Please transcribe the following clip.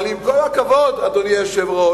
אבל עם כל הכבוד, אדוני היושב-ראש,